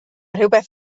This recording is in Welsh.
rhywbeth